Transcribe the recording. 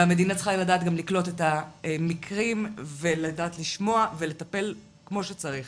והמדינה צריכה לדעת גם לקלוט את המקרים ולדעת לשמוע ולטפל כמו שצריך.